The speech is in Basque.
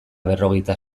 berrogeita